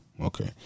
Okay